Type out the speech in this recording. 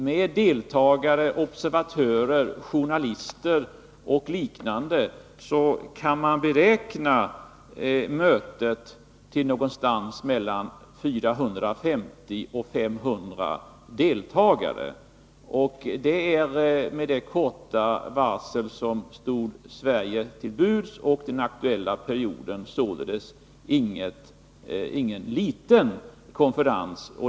Med deltagare, observatörer, journalister och andra kan man räkna med att mellan 450 och 500 personer kommer att delta i mötet. Med det korta varsel som stod Sverige till buds och i den aktuella perioden är detta ingen liten konferens.